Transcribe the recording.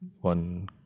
one